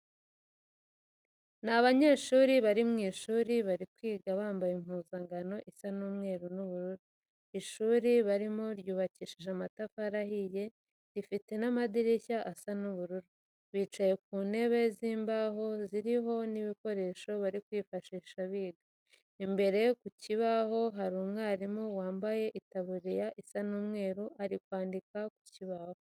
Ni abanyeshuri bari mu ishuri bari kwiga, bambaye impuzankano isa umweru n'ubururu, ishuri barimo ryubakishije amatafari ahiye, rifite n'amadirishya asa ubururu. Bicaye ku ntebe z'imbaho ziriho n'ibikoresho bari kwifashisha biga. Imbere ku kibaho hari umwarimu wambaye itaburiya isa umweru uri kwandika ku kibaho.